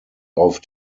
auf